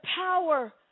power